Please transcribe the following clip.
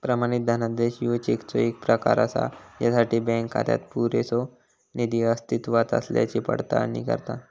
प्रमाणित धनादेश ह्यो चेकचो येक प्रकार असा ज्यासाठी बँक खात्यात पुरेसो निधी अस्तित्वात असल्याची पडताळणी करता